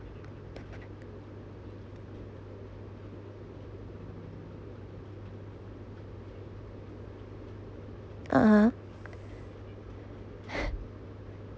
um